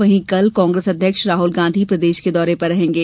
वहीं कल कांग्रेस अध्यक्ष राहल गांधी प्रदेश के दौरे पर रहेंगे